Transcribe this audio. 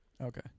Okay